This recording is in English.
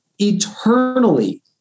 eternally